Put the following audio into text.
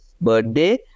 birthday